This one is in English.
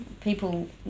people